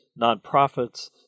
nonprofits